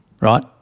Right